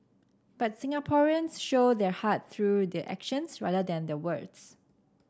but Singaporeans show their heart through their actions rather than their words